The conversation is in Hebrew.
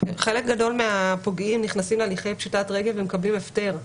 חלק גדול מהפוגעים נכנסים להליכי פשיטת רגל ומקבלים הפטר,